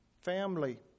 family